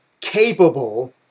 capable